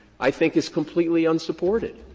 i think, is completely unsupported.